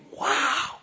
wow